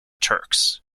turks